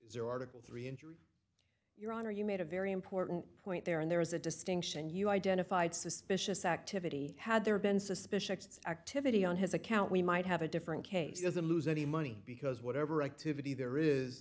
zero article three injury your honor you made a very important point there and there is a distinction you identified suspicious activity had there been suspicious activity on his account we might have a different case doesn't lose any money because whatever activity there is